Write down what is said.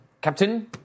Captain